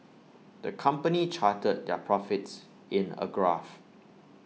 the company charted their profits in A graph